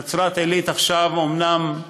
נצרת-עילית עכשיו אומנם,